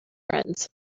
friends